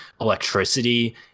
electricity